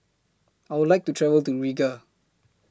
I Would like to travel to Riga